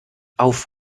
auf